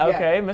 Okay